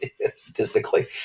statistically